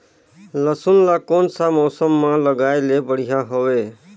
लसुन ला कोन सा मौसम मां लगाय ले बढ़िया हवे?